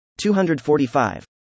245